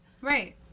Right